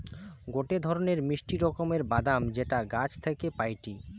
গটে ধরণের মিষ্টি রকমের বাদাম যেটা গাছ থাকি পাইটি